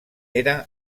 era